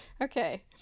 okay